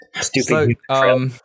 Stupid